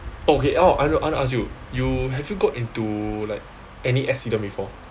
okay orh I know I want to ask you you have you got into like any accident before